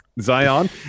Zion